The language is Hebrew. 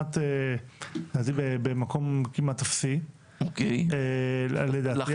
לדעתי במקום כמעט אפסי, לדעתי.